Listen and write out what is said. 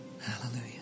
Hallelujah